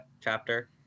chapter